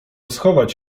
schować